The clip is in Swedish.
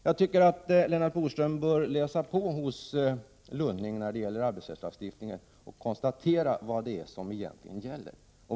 Jag tycker att Lennart Bodström bör läsa på det Lars Lunning har skrivit angående arbetsrättslagstiftningen och konstatera vad det är som egentligen gäller.